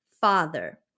father